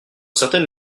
certaines